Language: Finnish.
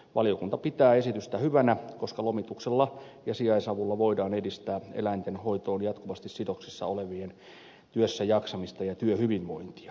valiokunta pitää esitystä hyvänä koska lomituksella ja sijaisavulla voidaan edistää eläinten hoitoon jatkuvasti sidoksissa olevien työssäjaksamista ja työhyvinvointia